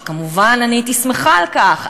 וכמובן אני הייתי שמחה על כך,